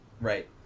Right